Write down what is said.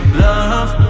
love